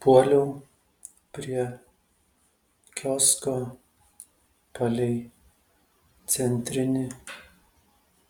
puoliau prie kiosko palei centrinį